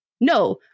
No